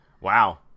Wow